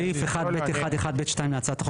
בסעיף 1(ב1)(1)(ב)(2) להצעת החוק,